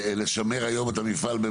לשמר את המפעל.